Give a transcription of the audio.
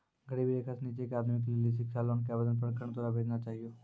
गरीबी रेखा से नीचे के आदमी के लेली शिक्षा लोन के आवेदन प्रखंड के द्वारा भेजना चाहियौ?